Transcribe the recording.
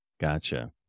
Gotcha